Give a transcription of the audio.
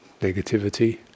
negativity